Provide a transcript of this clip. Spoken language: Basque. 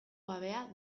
gabea